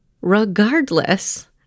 regardless